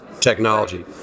technology